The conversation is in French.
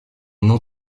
non